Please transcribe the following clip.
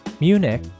Munich